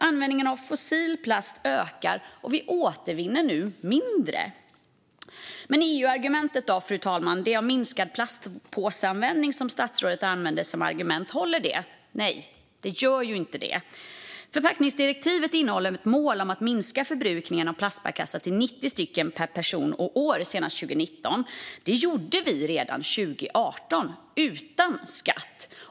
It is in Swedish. Användningen av fossil plast ökar, och vi återvinner nu mindre. Hur är det då med det EU-argument om minskad plastpåseanvändning som statsrådet använder, fru talman - håller det? Nej, det gör ju inte det. Förpackningsdirektivet innehåller ett mål om att minska förbrukningen av plastbärkassar till 90 påsar per person och år senast 2019. Detta uppnådde vi redan 2018, utan skatt.